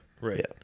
right